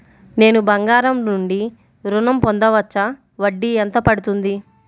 నేను బంగారం నుండి ఋణం పొందవచ్చా? వడ్డీ ఎంత పడుతుంది?